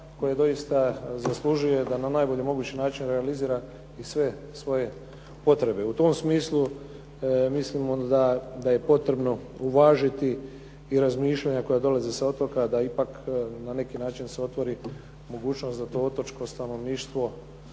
koje doista zaslužuje da na najbolji mogući način realizira i sve svoje potrebe. U tom smislu, mislimo da je potrebno uvažiti i razmišljanja koja dolaze sa otoka da ipak na neki način se otvori mogućnost da to otočko stanovništvo